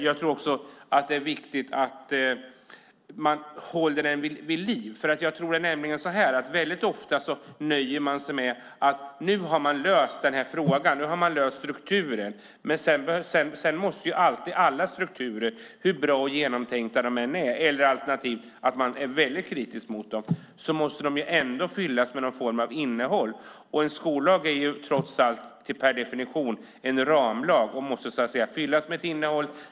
Jag tror också att det är viktigt att man håller den vid liv. Ofta nöjer man sig nämligen med att säga att man nu har löst frågan och strukturen. Men sedan måste alltid alla strukturer, hur bra och genomtänkta de än är, fyllas med någon form av innehåll. Alternativt är man väldigt kritisk till dem. En skollag är trots allt per definition en ramlag. Den måste fyllas med ett innehåll.